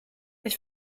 ich